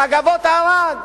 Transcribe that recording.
"מגבות ערד"